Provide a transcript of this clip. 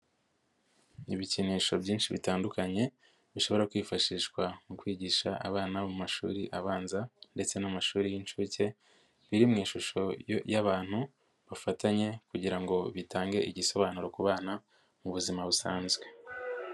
Ibikinisho byinshi bitandukanye bishobora kwifashishwa mu kwigisha abana mu mashuri abanza ndetse n'amashuri y'inshuke, biri mu ishusho y'abantu bafatanye kugira ngo bitange igisobanuro ku bana mu buzima busanzwe.